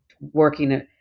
working